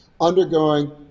Undergoing